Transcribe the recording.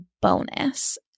bonus